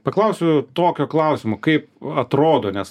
paklausiu tokio klausimo kaip atrodo nes